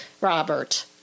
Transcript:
Robert